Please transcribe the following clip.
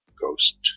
ghost